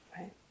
right